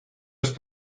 los